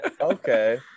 Okay